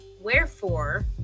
Wherefore